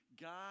God